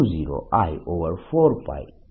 a